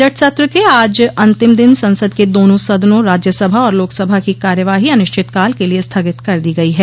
budget सत्र के आज अंतिम दिन संसद के दोनों सदनों राज्यसभा और लोकसभा की कार्यवाही अनिश्चितकाल के लिए स्थगित कर दी गई है